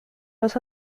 los